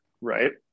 right